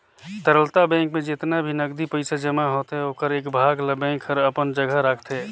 तरलता बेंक में जेतना भी नगदी पइसा जमा होथे ओखर एक भाग ल बेंक हर अपन जघा राखतें